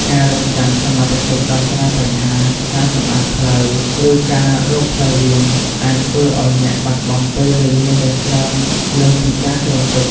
ការរង់ចាំសមត្ថកិច្ចដោះស្រាយបញ្ហា ការសម្អាតផ្លូវ ឬការរកផ្លូវវាង អាចធ្វើឱ្យអ្នកបាត់បង់ពេលវេលាយ៉ាងច្រើនលើសពីការគ្រោងទុក។